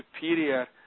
superior